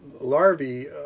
larvae